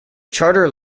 charter